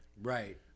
right